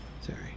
Sorry